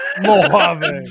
Mojave